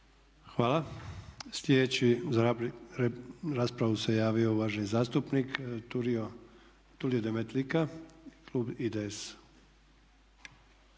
Hvala. Sljedeći za raspravu se javio uvaženi zastupnik Tulio Demetlika. **Demetlika,